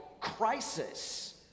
crisis